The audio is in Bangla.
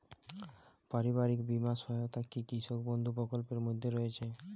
পারিবারিক বীমা সহায়তা কি কৃষক বন্ধু প্রকল্পের মধ্যে রয়েছে?